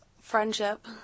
Friendship